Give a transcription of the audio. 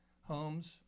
homes